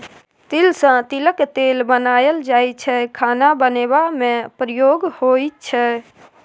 तिल सँ तिलक तेल बनाएल जाइ छै खाना बनेबा मे प्रयोग होइ छै